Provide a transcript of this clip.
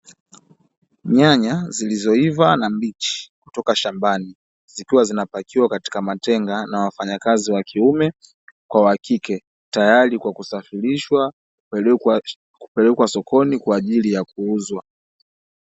Nyanya zilizoiva na mbichi kutoka shambani zikiwa zinapakiwa katika matenga, na wafanyakazi wakiume kwa wakike tayari kwa kusafirishwa kupelekwa sokoni kwa ajili ya kuuzwa.